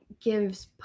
gives